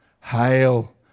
Hail